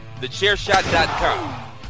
thechairshot.com